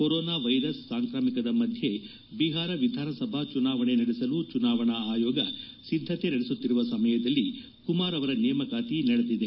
corona virus ಸಾಂಕ್ರಾಮಿಕದ ಮಧ್ಯೆ ಬಿಹಾರ ವಿಧಾನಸಭಾ ಚುನಾವಣೆ ನಡೆಸಲು ಚುನಾವಣಾ ಆಯೋಗ ಸಿದ್ದತೆ ನಡೆಸುತ್ತಿರುವ ಸಮಯದಲ್ಲಿ ಕುಮಾರ್ ಅವರ ನೇಮಕಾತಿ ನಡೆದಿದೆ